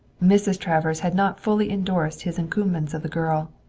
mrs. travers had not fully indorsed his encomiums of the girl.